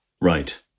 Right